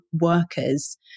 workers